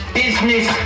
business